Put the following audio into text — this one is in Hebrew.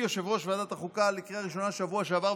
יושב-ראש ועדת החוקה הביא לקריאה ראשונה בשבוע שעבר,